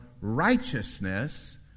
righteousness